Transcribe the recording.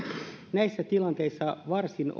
näissä tilanteissa varsin